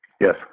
Yes